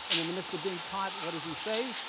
and in the midst of being caught, what did he say?